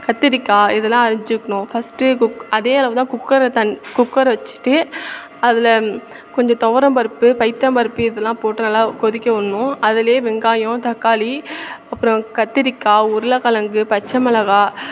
கத்தரிக்காய் இதெல்லாம் அரிஞ்சிக்கணும் ஃபஸ்ட்டு குக் அதே அளவு தான் குக்கரை தண் குக்கரை வச்சிட்டு அதில் கொஞ்சம் துவரம் பருப்பு பயத்தம் பருப்பு இதெல்லாம் போட்டு நல்லா கொதிக்க விட்ணும் அதுலேயே வெங்காயம் தக்காளி அப்புறம் கத்தரிக்கா உருளக்கிலங்கு பச்சை மிளகா